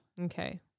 Okay